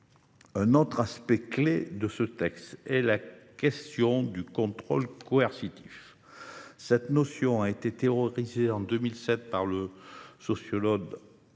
Un autre aspect clé de ce texte est la question du contrôle coercitif. Cette notion a été théorisée en 2007 par le sociologue Evan